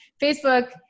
Facebook